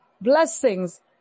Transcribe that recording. blessings